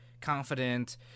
confident